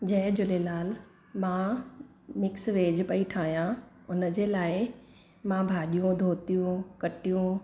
जय झूलेलाल मां mix veg पई ठाहियां उनजे लाइ मां भाॼियूं धोतियूं कटियूं